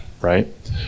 right